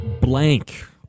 blank